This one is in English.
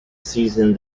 season